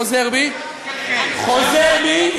חוזר בי, חוזר בי.